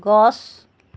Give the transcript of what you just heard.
গছ